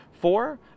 Four